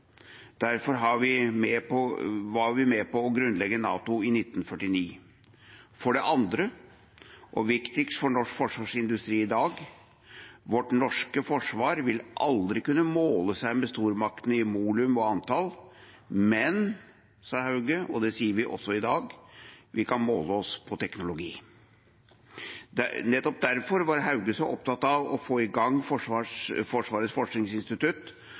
Derfor var vi med på å grunnlegge NATO i 1949. Den andre lærdommen – og viktigst for norsk forsvarsindustri i dag – er at vårt norske forsvar aldri vil kunne måle seg med stormaktene i volum og antall. Men, sa Hauge, vi kan måle oss på teknologi, og det sier vi også i dag. Nettopp derfor var Hauge så opptatt av å få i gang Forsvarets forskningsinstitutt